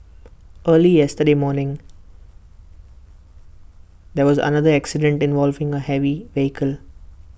early yesterday morning there was another accident involving A heavy vehicle